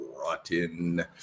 rotten